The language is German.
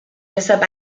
deshalb